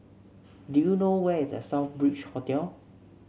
do you know where is The Southbridge Hotel